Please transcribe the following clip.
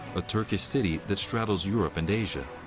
a turkish city that straddles europe and asia.